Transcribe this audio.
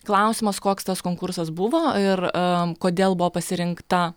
klausimas koks tas konkursas buvo ir a kodėl buvo pasirinkta